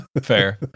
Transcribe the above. fair